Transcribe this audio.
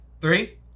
Three